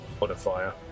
modifier